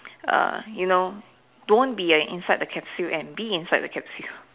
err you know don't want be inside the capsule and be inside the capsule